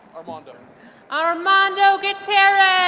armando armando gutierrez.